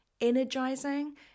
energizing